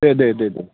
दे दे दे दे